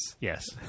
Yes